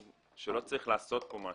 שלא צריך לעשות פה משהו.